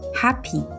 happy